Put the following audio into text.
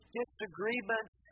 disagreements